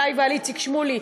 עלי ועל איציק שמולי,